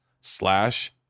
slash